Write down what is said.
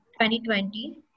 2020